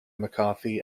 mccarthy